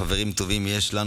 חברים טובים יש לנו,